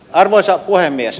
arvoisa puhemies